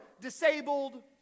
disabled